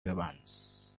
turbans